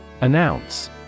Announce